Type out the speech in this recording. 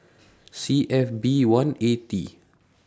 C F B one A T